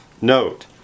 Note